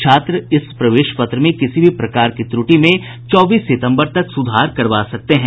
छात्र इस प्रवेश पत्र में किसी भी प्रकार की त्रुटि में चौबीस सितम्बर तक सुधार करा सकते हैं